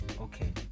okay